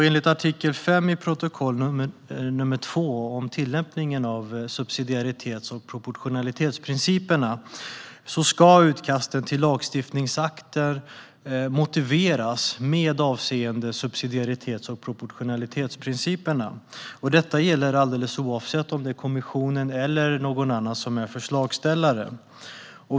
Enligt artikel 5 i protokoll nr 2, om tillämpningen av subsidiaritets och proportionalitetsprinciperna, ska utkasten till lagstiftningsakter motiveras med avseende på subsidiaritets och proportionalitetsprinciperna. Detta gäller oavsett om det är kommissionen eller någon annan som är förslagsställare.